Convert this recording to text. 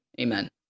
amen